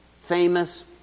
famous